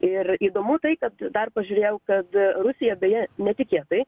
ir įdomu tai kad dar pažiūrėjau kad rusija beje netikėtai